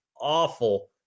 awful